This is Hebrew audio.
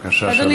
בבקשה.